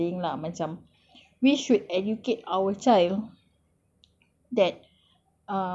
I hope for that ustaz also yesterday that macam he's saying lah macam we should educate our child